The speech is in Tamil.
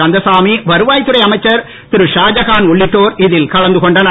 கந்தசாமி வருவாய் துறை அமைச்சர் திருஷா ஜஹான் உள்ளிட்டோர் கலந்துகொண்டனர்